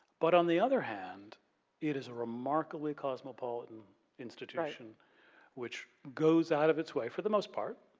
but, on the other hand it is a remarkably cosmopolitan institution which goes out of it's way, for the most part,